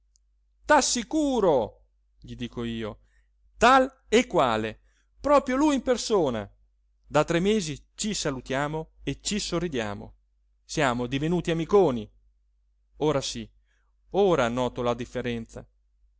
ridere t'assicuro gli dico io tal e quale proprio lui in persona da tre mesi ci salutiamo e ci sorridiamo siamo divenuti amiconi ora sí ora noto la differenza